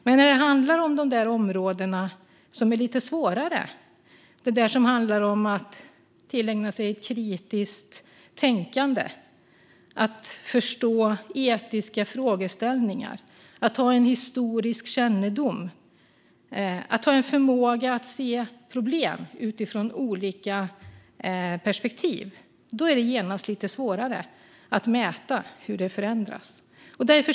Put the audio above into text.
Men när det handlar om de där områdena som är lite svårare, att tillägna sig kritiskt tänkande, att förstå etiska frågeställningar, att ha en historisk kännedom och att ha en förmåga att se problem utifrån olika perspektiv, är det genast lite svårare att mäta hur vetenskapen förändrar.